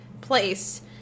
place